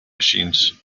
machines